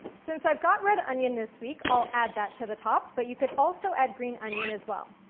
since i've got red onion this week, i'll add that to the top, but you could also add green onion, as well.